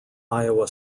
iowa